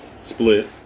Split